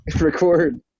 record